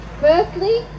Firstly